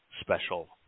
special